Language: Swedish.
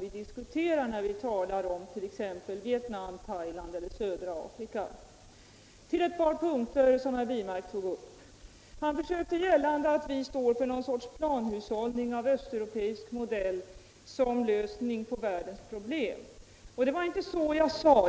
vi diskuterar när vi talar om t.ex. Vietnam, Thailand eller södra Afrika är i sanning patetisk. Så till ett par punkter som herr Wirmark tog upp: l. Herr Wirmark försökte göra gällande att vi står för någon sorts planhushållning av östeuropeisk modell som lösning på världens problem. Det var inte så jag sade.